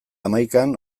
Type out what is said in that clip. hamaikan